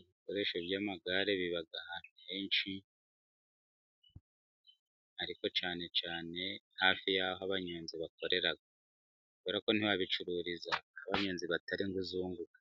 Ibikoresho by'amagare biba ahantu henshi ariko cyane cyane hafi y'aho abanyozi bakorera, kuberako ntibawabicururiza aho abanyozi batari ngo uzunguke,